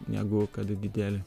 negu kad dideli